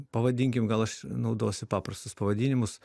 pavadinkim gal aš naudosiu paprastus pavadinimus